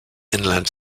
inland